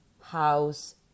house